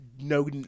no